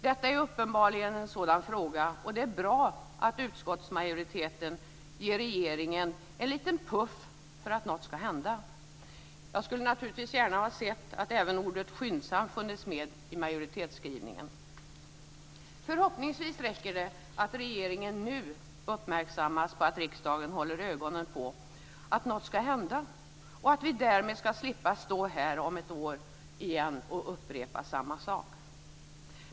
Detta är uppenbarligen en sådan fråga, och det är bra att utskottsmajoriteten ger regeringen en liten puff för att något ska hända. Jag skulle naturligtvis gärna ha sett att även ordet "skyndsamt" funnits med i majoritetsskrivningen. Förhoppningsvis räcker det att regeringen nu uppmärksammas på att riksdagen håller ögonen på att något ska hända och att vi därmed ska slippa stå här om ett år igen och upprepa samma sak.